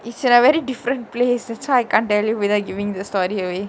is at a very different place that's why I can't tell you without giving the story away